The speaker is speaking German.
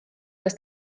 das